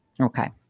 Okay